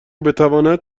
بتواند